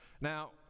Now